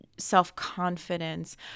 self-confidence